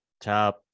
top